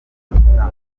gutambuka